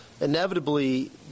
inevitably